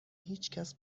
هیچکس